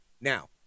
Now